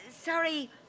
Sorry